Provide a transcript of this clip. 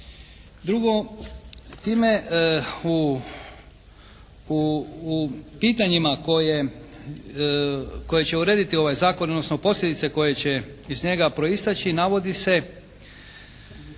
Drugo. Time u pitanjima koje će urediti ovaj zakon odnosno posljedice koje će iz njega proisteći, navodi se